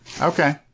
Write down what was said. okay